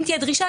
אם תהיה דרישה,